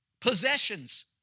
possessions